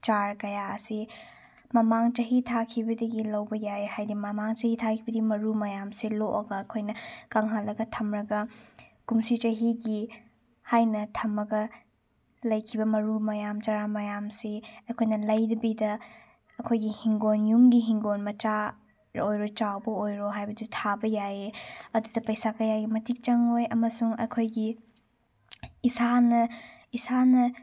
ꯆꯥꯔ ꯀꯌꯥ ꯑꯁꯤ ꯃꯃꯥꯡ ꯆꯍꯤ ꯊꯥꯈꯤꯕꯗꯒꯤ ꯂꯧꯕ ꯌꯥꯏ ꯍꯥꯏꯗꯤ ꯃꯃꯥꯡ ꯆꯍꯤ ꯇꯥꯈꯤꯕꯒꯤ ꯃꯔꯨ ꯃꯌꯥꯝꯁꯦ ꯂꯣꯛꯑꯒ ꯑꯩꯈꯣꯏꯅ ꯀꯪꯍꯜꯂꯒ ꯊꯝꯂꯒ ꯀꯨꯝꯁꯤ ꯆꯍꯤꯒꯤ ꯍꯥꯏꯅ ꯊꯝꯃꯒ ꯂꯩꯈꯤꯕ ꯃꯔꯨ ꯃꯌꯥꯝ ꯆꯔꯥ ꯃꯌꯥꯝꯁꯤ ꯑꯩꯈꯣꯏꯅ ꯂꯩꯗꯕꯤꯗ ꯑꯩꯈꯣꯏꯒꯤ ꯍꯤꯡꯒꯣꯟ ꯌꯨꯝꯒꯤ ꯍꯤꯡꯒꯣꯟ ꯃꯆꯥ ꯑꯣꯏꯔꯣ ꯆꯥꯎꯕ ꯑꯣꯏꯔꯣ ꯍꯥꯏꯕꯗꯨ ꯊꯥꯕ ꯌꯥꯏꯌꯦ ꯑꯗꯨꯗ ꯄꯩꯁꯥ ꯀꯌꯥꯒꯤ ꯃꯇꯤꯛ ꯆꯪꯉꯣꯏ ꯑꯃꯁꯨꯡ ꯑꯩꯈꯣꯏꯒꯤ ꯏꯁꯥꯅ ꯏꯁꯥꯅ